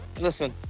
listen